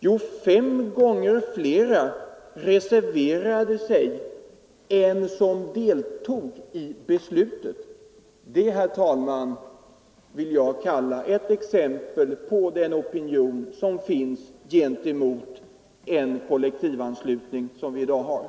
Jo, fem gånger flera reserverade sig och utträdde än som deltog i beslutet! Det, herr talman, vill jag kalla ett exempel på den opinion som finns mot den kollektivanslutning som förekommer i dag.